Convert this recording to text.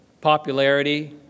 popularity